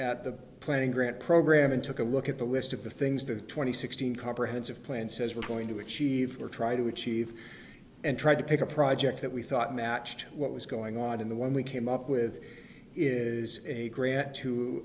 at the planning grant program and took a look at the list of the things the twenty sixteen comprehensive plan says we're going to achieve or try to achieve and tried to pick a project that we thought matched what was going on in the one we came up with is a grant to